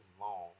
long